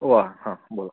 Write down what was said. वा हा बोला